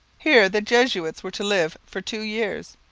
here the jesuits were to live for two years.